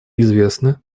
известны